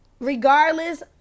Regardless